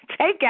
takeout